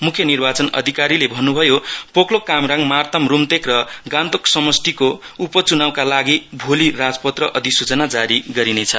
मुख्य निर्वाचन अधिकारीले भन्नुभयो पोकलोक कामराङ मार्ताम रूम्तेक र गान्तोक समष्टिको उपचुनावका लागि भोली राजपत्र अधिसुचना जारी गरिने छ